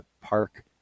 park